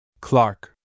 Clark